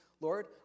Lord